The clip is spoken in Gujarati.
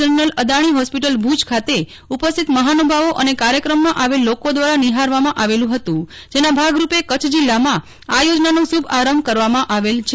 જનરલ અદાણી હોસ્પિટલ ભુજ ખાતે ઉપસ્થિત મહાનુભવો અને કાર્યક્રમમાં આવેલ લોકો દ્વારા નિહારવામાં આવેલ હતું જેના ભાગ રૂપે કચ્છ જિલ્લામાં આ યોજનાનું શુભ આરંભ કરવામાં આવેલ હતો